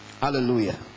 Hallelujah